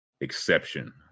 exception